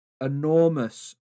enormous